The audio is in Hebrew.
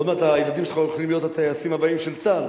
עוד מעט הילדים שלך הולכים להיות הטייסים הבאים של צה"ל,